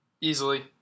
easily